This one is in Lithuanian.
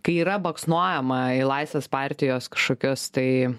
kai yra baksnojama į laisvės partijos kažkokius tai